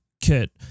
kit